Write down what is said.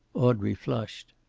audrey flushed.